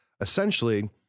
essentially